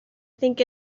think